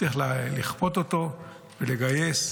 צריך לכפות אותו ולגייס.